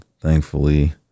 thankfully